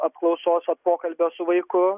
apklausos ar pokalbio su vaiku